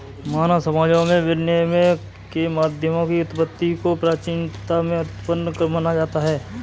मानव समाजों में विनिमय के माध्यमों की उत्पत्ति को प्राचीनता में उत्पन्न माना जाता है